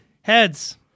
Heads